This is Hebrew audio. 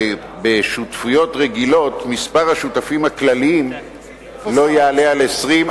בשותפויות רגילות מספר השותפים הכלליים לא יעלה על 20,